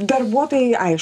darbuotojai aišku